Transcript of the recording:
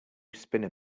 spinner